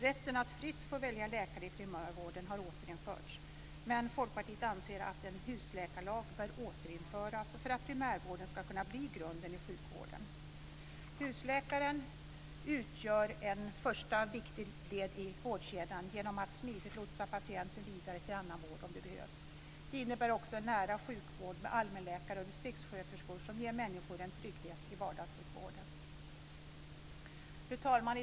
Rätten att fritt få välja läkare i primärvården har återinförts, men Folkpartiet anser att en husläkarlag bör återinföras för att primärvården ska kunna bli grunden i sjukvården. Husläkaren utgör ett första viktigt led i vårdkedjan genom att han eller hon smidigt lotsar patienten vidare till annan vård om det behövs. Det innebär också en nära sjukvård med allmänläkare och distriktssköterskor som ger människor en trygghet i vardagssjukvården. Fru talman!